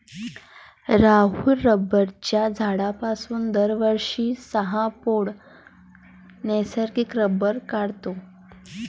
राहुल रबराच्या झाडापासून दरवर्षी सहा पौंड नैसर्गिक रबर काढतो